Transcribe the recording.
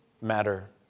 matter